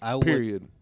period